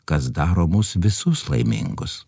kas daro mus visus laimingus